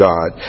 God